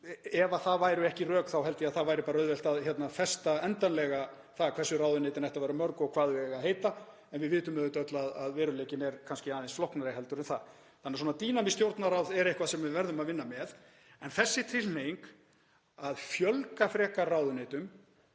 Ef það væru ekki rök þá held ég að það væri auðvelt að festa endanlega það hversu ráðuneytin ættu að vera mörg og hvað þau eiga að heita. En við vitum auðvitað öll að veruleikinn er kannski aðeins flóknari heldur en það er, þannig að dýnamískt Stjórnarráð er eitthvað sem við verðum að vinna með. Sú tilhneiging að fjölga frekar ráðuneytum